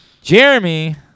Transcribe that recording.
Jeremy